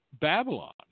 Babylon